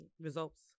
results